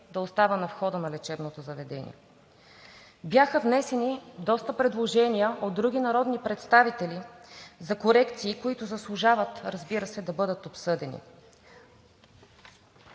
да остава на входа на лечебното заведение. Бяха внесени доста предложения от други народни представители за корекции, които заслужават, разбира се, да бъдат обсъдени.